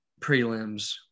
prelims